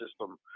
system